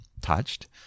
touched